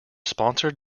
sponsored